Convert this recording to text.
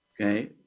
okay